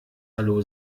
hallo